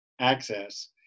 access